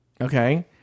okay